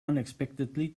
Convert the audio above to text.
unexpectedly